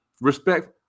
Respect